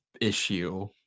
issue